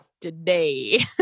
today